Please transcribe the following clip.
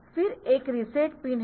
फिर एक reset pin है